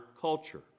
culture